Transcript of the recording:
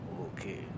Okay